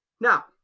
Now